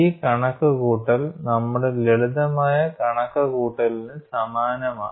ഈ കണക്കുകൂട്ടൽ നമ്മുടെ ലളിതമായ കണക്കുകൂട്ടലിന് സമാനമാണ്